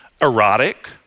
erotic